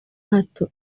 hato